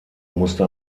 musste